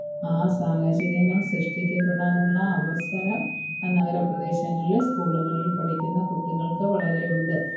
ആ സാഹചര്യങ്ങള് സൃഷ്ടിക്കപ്പെടാനുള്ള അവസരം നഗര പ്രദേശങ്ങളിൽ സ്കൂളുകളില് പഠിക്കുന്ന കുട്ടികള്ക്ക് വളരെയുണ്ട്